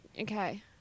Okay